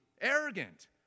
arrogant